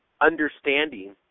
understanding